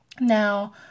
Now